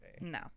No